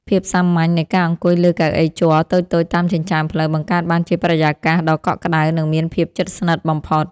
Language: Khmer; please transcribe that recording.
ភាពសាមញ្ញនៃការអង្គុយលើកៅអីជ័រតូចៗតាមចិញ្ចើមផ្លូវបង្កើតបានជាបរិយាកាសដ៏កក់ក្តៅនិងមានភាពជិតស្និទ្ធបំផុត។